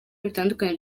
bitandukanye